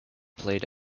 played